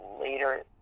later